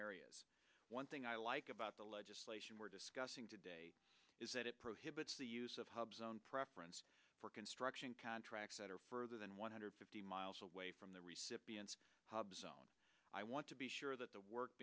areas one thing i like about the legislation we're discussing today is that it prohibits the use of hub zone preference for construction contracts that are further than one hundred fifty miles away from the recipients i want to be sure that the work